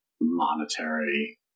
monetary